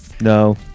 No